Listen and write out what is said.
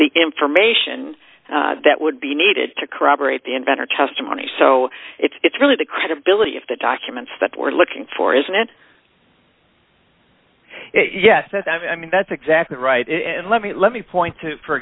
the information that would be needed to corroborate the inventor testimony so it's really the credibility of the documents that we're looking for isn't it yes i mean that's exactly right and let me let me point to for